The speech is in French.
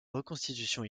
reconstitutions